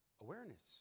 Awareness